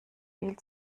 viel